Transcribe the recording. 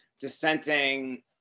dissenting